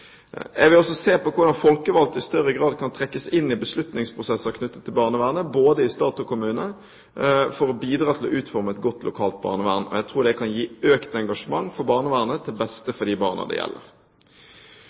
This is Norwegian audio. Jeg vil også se på hvordan folkevalgte i større grad kan trekkes inn i beslutningsprosesser knyttet til barnevernet, i både stat og kommune, for å bidra til å utforme et godt lokalt barnevern. Jeg tror det kan gi økt engasjement for barnevernet, til beste